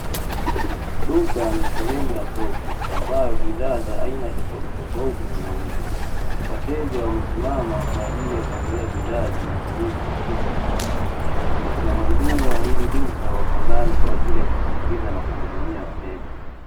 Duka ni sehemu ya soko ambayo bidhaa za aina tofauti tofauti zinauzwa; wateja wamesimama kwa ajili ya kuangalia bidhaa zinazouzwa katika duka hili, na kuna wahudumu wa hili duka wapo ndani kwa ajili ya kuwasikiliza na kuwahudumia wateja.